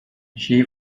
she